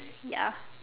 ya